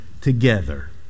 together